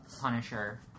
Punisher